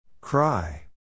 Cry